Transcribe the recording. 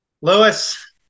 Lewis